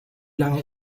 lange